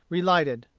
relighted.